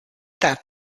that